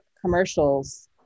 commercials